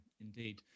indeed